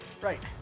Right